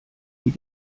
wie